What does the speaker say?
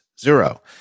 zero